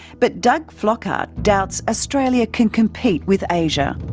but doug flockhart doubts australia can compete with asia.